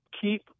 keep